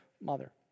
mother